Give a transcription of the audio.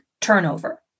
turnover